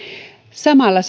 samalla